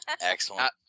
Excellent